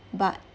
but